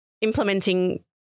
implementing